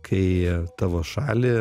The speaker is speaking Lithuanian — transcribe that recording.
kai tavo šalį